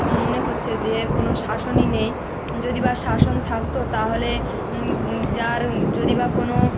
মনে হচ্ছে যে কোনো শাসনই নেই যদি বা শাসন থাকত তাহলে যার যদি বা কোনো